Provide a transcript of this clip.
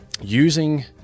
using